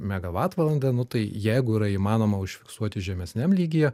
megavatvalandę nu tai jeigu yra įmanoma užfiksuoti žemesniam lygyje